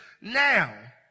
now